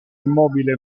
immobile